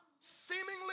seemingly